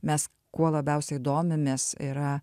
mes kuo labiausiai domimės yra